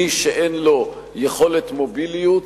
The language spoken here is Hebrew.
מי שאין לו יכולת מוביליות,